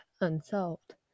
unsolved